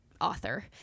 author